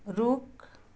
रुख